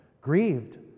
grieved